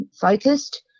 focused